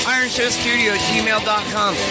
Ironshowstudio.gmail.com